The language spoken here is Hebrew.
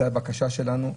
זו הבקשה שלנו,